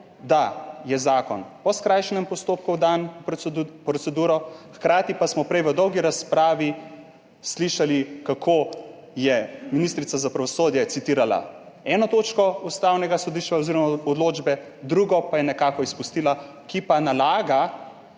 proceduro po skrajšanem postopku, hkrati pa smo prej v dolgi razpravi slišali, kako je ministrica za pravosodje citirala eno točko Ustavnega sodišča oziroma odločbe, drugo pa je nekako izpustila, ki pa nalaga